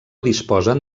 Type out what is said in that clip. disposen